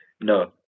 No